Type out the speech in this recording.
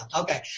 okay